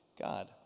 God